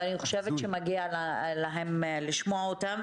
ואני חושבת שמגיע להם לשמוע אותם,